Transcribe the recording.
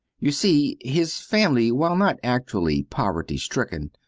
you see, his family, while not actually poverty-stricken,